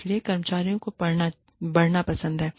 इसलिए कर्मचारियों को बढ़ना पसंद है